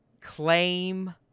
claim